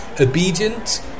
obedient